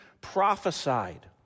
prophesied